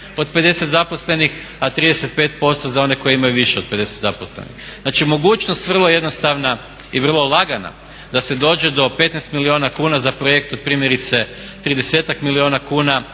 od 50 zaposlenih a 35% za one koji imaju više od 50 zaposlenih. Znači mogućnost vrlo jednostavna i vrlo lagana da se dođe do 15 milijuna kuna za projekt od primjerice 30-ak milijuna kuna